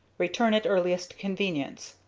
return at earliest convenience.